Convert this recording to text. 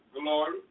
glory